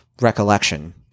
recollection